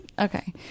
Okay